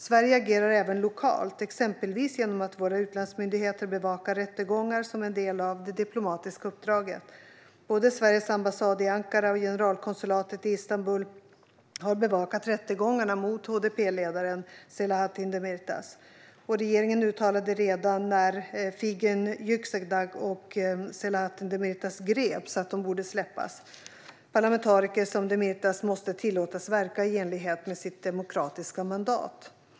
Sverige agerar även lokalt, exempelvis genom att våra utlandsmyndigheter bevakar rättegångar som en del av det diplomatiska uppdraget. Både Sveriges ambassad i Ankara och generalkonsulatet i Istanbul har bevakat rättegångarna mot HDP-ledaren Selahattin Demirtas. Regeringen uttalade redan när Figen Yüksekdag och Selahattin Demirtas greps att de borde släppas. Parlamentariker som Demirtas måste tillåtas att verka i enlighet med sitt demokratiska mandat.